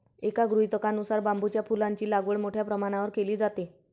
एका गृहीतकानुसार बांबूच्या फुलांची लागवड मोठ्या प्रमाणावर केली जाते